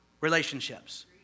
relationships